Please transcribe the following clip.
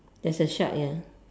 there's a shark ya